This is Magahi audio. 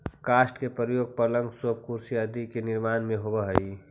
काष्ठ के प्रयोग पलंग, सोफा, कुर्सी आदि के निर्माण में होवऽ हई